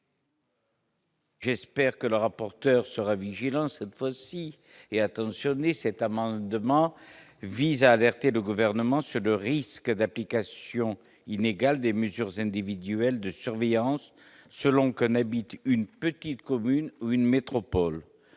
J'espère que le rapporteur sur la vigilance, cette fois-ci et attentionné, cet amendement vise à alerter le gouvernement sur le risque d'application inégale des mesures individuelles de surveillance selon cannabique, une petite commune une métropole,